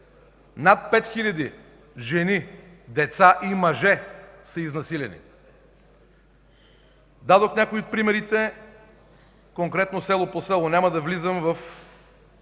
над 5 хиляди жени, деца и мъже са изнасилени. Дадох някои от примерите, конкретно село по село. Няма да влизам в